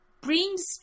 brings